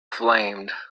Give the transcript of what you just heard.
flamed